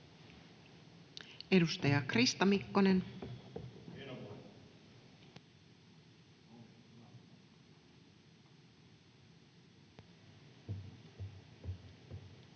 Edustaja Krista Mikkonen. [Speech